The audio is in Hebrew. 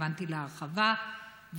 התכוונתי להרחבה,